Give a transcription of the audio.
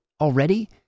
already